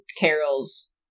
Carol's